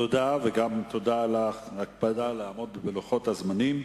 תודה, וגם תודה על ההקפדה על עמידה בלוחות הזמנים.